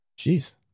Jeez